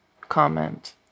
comment